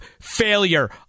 failure